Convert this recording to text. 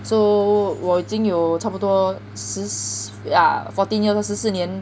so 我已经有差不多十四 yeah fourteen year lor 十四年